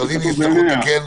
אם נצטרך לתקן,